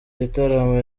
gitaramo